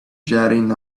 jetting